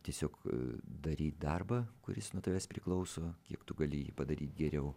tiesiog daryt darbą kuris nuo tavęs priklauso kiek tu gali jį padaryt geriau